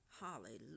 Hallelujah